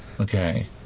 Okay